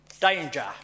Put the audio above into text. danger